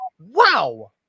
wow